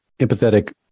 empathetic